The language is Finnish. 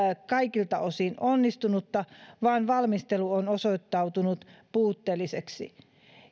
kaikilta osin onnistunutta vaan valmistelu on osoittautunut puutteelliseksi